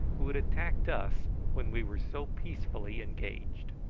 who had attacked us when we were so peacefully engaged.